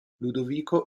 ludovico